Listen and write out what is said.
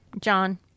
John